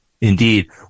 Indeed